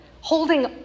holding